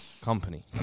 company